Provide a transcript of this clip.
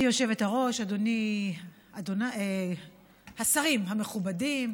גברתי היושבת-ראש, השרים המכובדים,